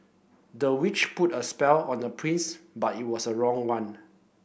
the witch put a spell on the prince but it was the wrong one